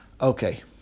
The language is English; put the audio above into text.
Okay